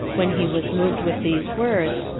when he was moved with these words,